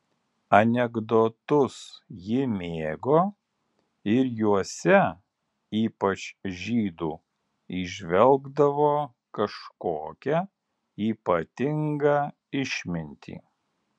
anekdotus ji mėgo ir juose ypač žydų įžvelgdavo kažkokią ypatingą išmintį